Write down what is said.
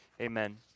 Amen